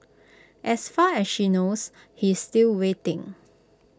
as far as she knows he's still waiting